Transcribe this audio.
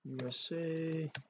USA